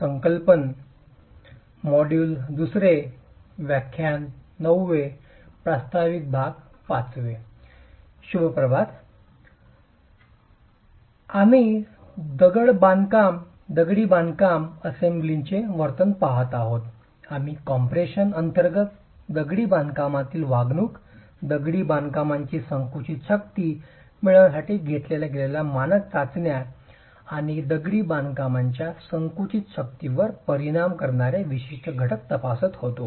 सुप्रभात आम्ही दगडी बांधकाम असेंब्लीचे वर्तन पहात आहोत आम्ही कम्प्रेशन अंतर्गत दगडी बांधकामातील वागणूक दगडी बांधकामाची संकुचित शक्ती मिळविण्यासाठी घेतल्या गेलेल्या मानक चाचण्या आणि दगडी बांधकामाच्या संकुचित शक्तीवर परिणाम करणारे विविध घटक तपासत होतो